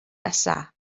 nesaf